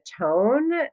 tone